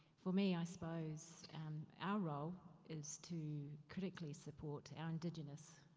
for me, i suppose and our role, is to critically support our indigenous,